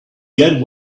get